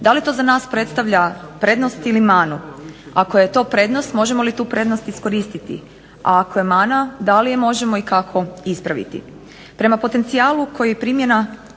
Da li to za nas predstavlja prednost ili manu? Ako je to prednost možemo li tu prednost iskoristiti, a ako je mana da li je možemo i kako ispraviti? Prema potencijalu koji primjena